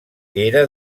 era